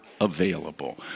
available